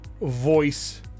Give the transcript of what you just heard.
voice